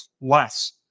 less